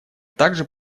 также